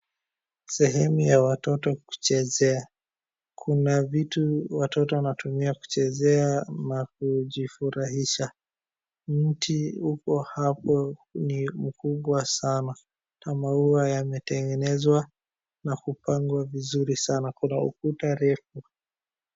Sehemu ya watoto kuchezea, kuna viti watoto wanatumia kuchezea ama kujifurahisha mti uko hapo ni mkubwa sana na maua yametengenezwa na kupangwa vizuri sana kuna ukuta refu.